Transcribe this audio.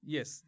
Yes